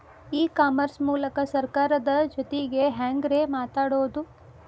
E commerce ಮೂಲಕ ಸರ್ಕಾರದ ಜೊತಿಗೆ ಹ್ಯಾಂಗ್ ರೇ ಮಾತಾಡೋದು?